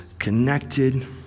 connected